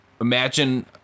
Imagine